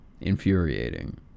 infuriating